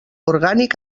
orgànic